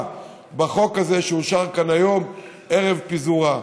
בחוק הזה שאושר כאן היום ערב פיזורה.